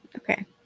Okay